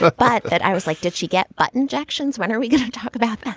but but that i was like, did she get button. injections? when are we going to talk about that?